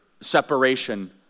separation